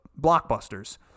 blockbusters